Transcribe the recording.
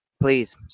Please